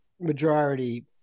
majority